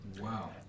Wow